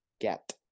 get